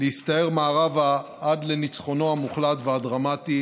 להסתער מערבה עד לניצחונו המוחלט והדרמטי